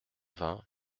vingt